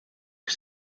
que